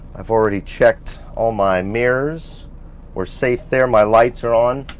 i've already checked all my mirrors or safe there, my lights are on.